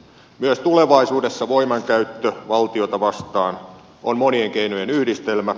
myös tulevaisuudessa voimankäyttö valtioita vastaan on monien keinojen yhdistelmä